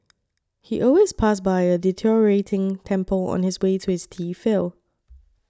he always passed by a deteriorating temple on his way to his tea field